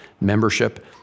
membership